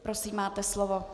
Prosím, máte slovo.